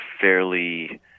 fairly